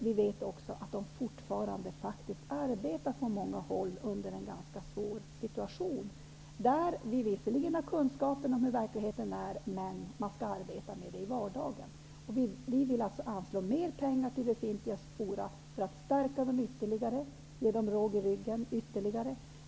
Vi vet också att de fortfarande på många håll faktiskt arbetar under en ganska svår situation. Vi har visserligen kunskaper om hur verkligheten är, men man skall också kunna arbeta i vardagen. Vi socialdemokrater vill alltså anslå mer pengar till befintliga forum för att stärka dem ytterligare och ge dem råg i ryggen ytterligare.